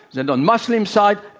and on muslims' side,